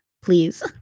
please